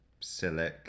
Silic